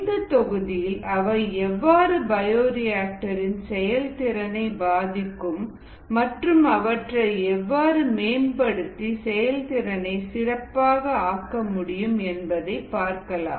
இந்தத் தொகுதியில் அவை எவ்வாறு பயோரிஆக்டர் இன் செயல்திறனை பாதிக்கும் மற்றும் அவற்றை எவ்வாறு மேம்படுத்தி செயல்திறனை சிறப்பாகஆக்க முடியும் என்பதை பார்க்கலாம்